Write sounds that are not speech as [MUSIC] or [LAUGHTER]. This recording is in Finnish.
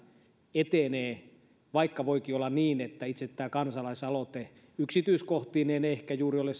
etenee vaikka voikin olla niin että itse tämä kansalaisaloite yksityiskohtineen ei ehkä juuri ole [UNINTELLIGIBLE]